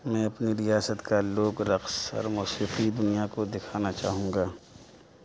میں اپنی ریاست کا لوک رقص اور موسیقی دنیا کو دکھانا چاہوں گا